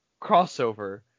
crossover